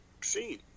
seen